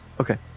okay